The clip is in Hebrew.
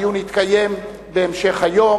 הדיון יתקיים בהמשך היום.